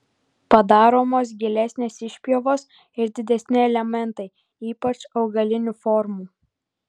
padaromos gilesnės išpjovos ir didesni elementai ypač augalinių formų